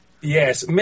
Yes